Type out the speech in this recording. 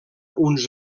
uns